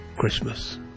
Christmas